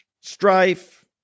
strife